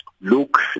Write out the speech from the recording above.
Look